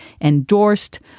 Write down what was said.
endorsed